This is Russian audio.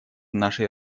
нашей